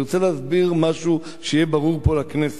אני רוצה להסביר משהו, שיהיה ברור פה לכנסת.